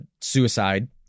suicide